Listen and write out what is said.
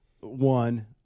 One